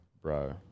bro